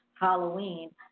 Halloween